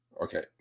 Okay